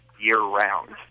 year-round